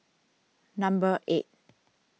number eight